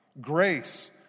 grace